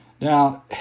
Now